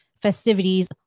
festivities